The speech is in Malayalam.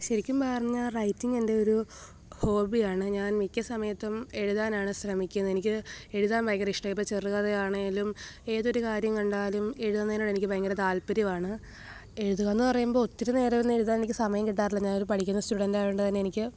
ശരിക്കും പറഞ്ഞാല് റൈറ്റിംഗ് എൻ്റെ ഒരു ഹോബിയാണ് ഞാന് മിക്ക സമയത്തും എഴുതാനാണ് ശ്രമിക്കുന്നത് എനിക്ക് എഴുതാന് ഭയങ്കര ഇഷ്ടമാണ് ഇപ്പോൾ ചെറുകഥയാണേലും ഏതൊരു കാര്യം കണ്ടാലും എഴുതുന്നതിനോടെനിക്ക് ഭയങ്കര താല്പ്പര്യമാണ് എഴുതുക എന്ന് പറയുമ്പോൾ ഒത്തിരി നേരം ഒന്നും എഴുതാന് എനിക്ക് സമയം കിട്ടാറില്ല ഞാനൊരു പഠിക്കുന്ന സ്റ്റുഡന്റ് ആയതുകൊണ്ട് തന്നെ എനിക്ക്